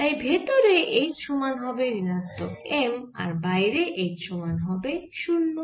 তাই ভেতরে H সমান হবে ঋণাত্মক M আর বাইরে H সমান হবে 0